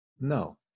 No